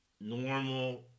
normal